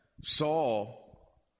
Saul